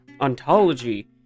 ontology